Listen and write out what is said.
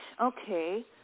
okay